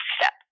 step